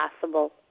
possible